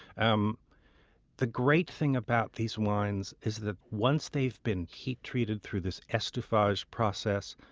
um the great thing about these wines is that once they've been heat-treated through this estufagem process,